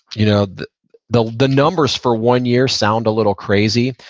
you know the the numbers for one year sound a little crazy.